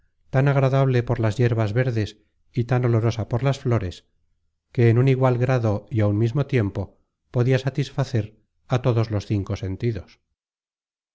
tan agradable por las yerbas verdes y tan olorosa por las flores que en un igual grado y á un mismo tiempo podia satisfacer a todos cinco sentidos